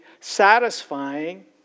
satisfying